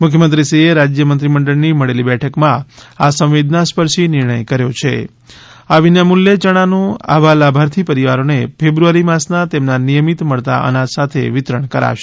મુખ્યમંત્રીશ્રીએ રાજ્ય મંત્રીમંડળની મળેલી બેઠકમાં આ સંવેદનાસ્પર્શી નિર્ણય કર્યો છે આ વિનામૂલ્યે ચણાનું આવા લાભાર્થી પરિવારોને ફેબ્રુઆરી માસના તેમના નિયમીત મળતા અનાજ સાથે વિતરણ કરાશે